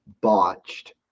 botched